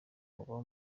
uba